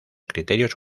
criterios